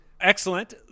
excellent